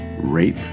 rape